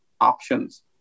options